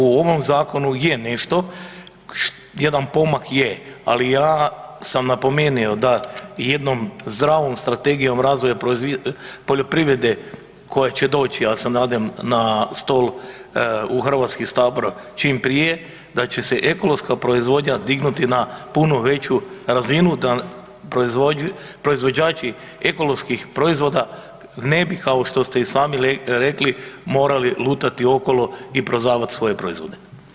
U ovom zakonu je nešto, jedan pomak je, ali ja sam napomenio da jednom zdravom strategijom razvoja poljoprivrede koja će doći ja se nadam na stol u HS čim prije da će se ekološka proizvodnja dignuti na puno veću razinu da proizvođači ekoloških proizvoda ne bi, kao što ste i sami rekli, morali lutati okolo i prodavat svoje proizvode.